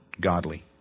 godly